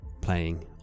playing